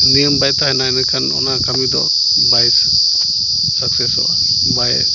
ᱱᱤᱭᱚᱢ ᱵᱟᱭ ᱛᱟᱦᱮᱱᱟ ᱢᱮᱱᱠᱷᱟᱱ ᱚᱱᱟ ᱠᱟᱹᱢᱤᱫᱚ ᱵᱟᱭ ᱥᱟᱠᱥᱮᱥᱚᱜᱼᱟ ᱵᱟᱭ